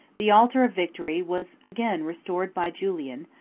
the altar of victory was again restored by julian,